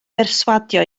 berswadio